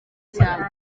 cyane